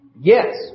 yes